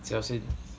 谁要先